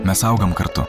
mes augam kartu